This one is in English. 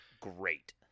Great